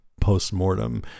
post-mortem